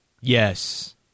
Yes